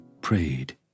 prayed